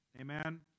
Amen